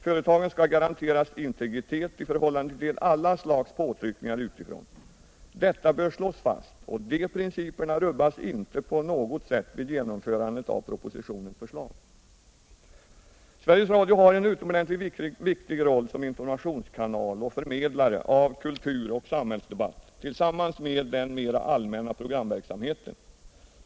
Företagen skall garanteras Radions och tele Radions och televisionens fortsatta integritet i förhållande till alla slags påtryckningar utifrån. Detta bör slås fast. och de principerna rubbas inte på något sätt vid genomförandet av propositionens förslag. Sveriges Radio har en utomordentligt viktig roll som informationskanal och förmedlare av kultur och samhällsdebatt tillsammans med den mera allmänna programverksamheten.